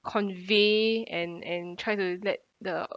convey and and try to let the